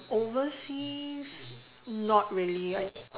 overseas not really I